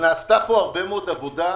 נעשתה פה הרבה מאוד עבודה,